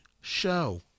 show